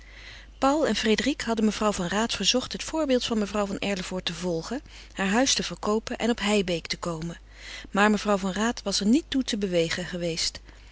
paul en frédérique hadden mevrouw van raat verzocht het voorbeeld van mevrouw van erlevoort te volgen haar huis te verkoopen en op heibeek te komen maar mevrouw van raat was er niet toe te bewegen geweest